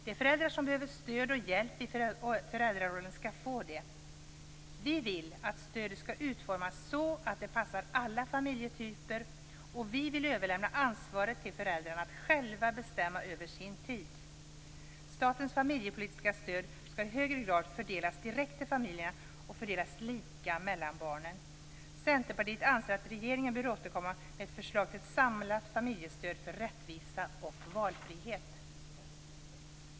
De föräldrar som behöver stöd och hjälp i föräldrarollen skall få det. Vi vill att stödet utformas så att det passar alla familjetyper, och vi vill överlämna ansvaret till föräldrarna att själva bestämma över sin tid. Statens familjepolitiska stöd skall i högre grad fördelas direkt till familjerna och fördelas lika mellan barnen. Centerpartiet anser att regeringen bör återkomma med ett förslag till ett samlat familjestöd för rättvisa och valfrihet.